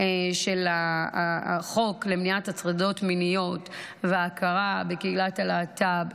של החוק למניעת הטרדות מיניות וההכרה בקהילת הלהט"ב,